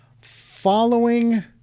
following